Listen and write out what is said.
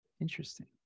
interesting